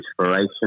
inspiration